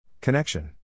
Connection